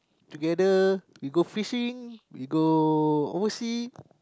together we go fishing we go oversea